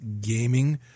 gaming